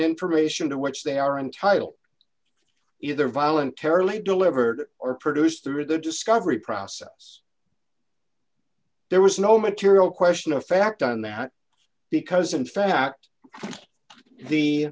information to which they are entitled either voluntarily delivered or produced through the discovery process there was no material question of fact on that because in fact the